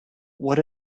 what